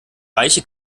reiche